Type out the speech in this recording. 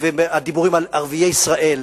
והדיבורים על ערביי ישראל,